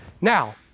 Now